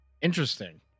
Interesting